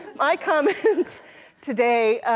my comments today,